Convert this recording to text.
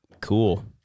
cool